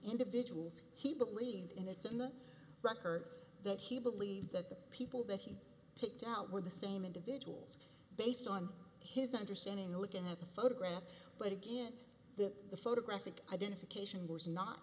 individuals he believed and it's in the record that he believed that the people that he picked out were the same individuals based on his understanding looking at the photograph but again that the photographic identification was not